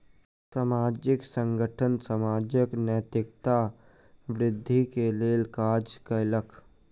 सामाजिक संगठन समाजक नैतिकता वृद्धि के लेल काज कयलक